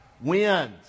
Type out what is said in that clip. wins